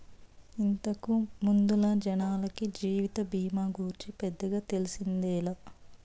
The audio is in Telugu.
ఇంతకు ముందల జనాలకి జీవిత బీమా గూర్చి పెద్దగా తెల్సిందేలే